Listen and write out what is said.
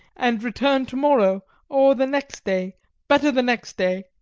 and return to-morrow or the next day better the next day.